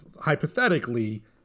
hypothetically